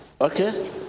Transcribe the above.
Okay